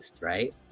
right